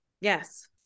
yes